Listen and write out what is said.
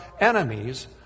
enemies